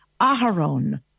Aharon